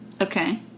Okay